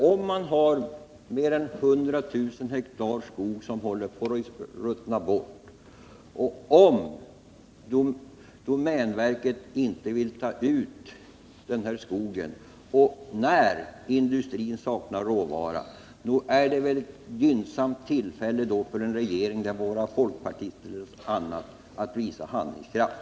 Om man har mer än 120 000 hektar skog som håller på att ruttna bort och om domänverket inte vill ta ut den skogen — trots att industrin saknar råvara — är det väl ett gynnsamt tillfälle för en regering, den må vara folkpartistisk eller något annat, att visa handlingskraft.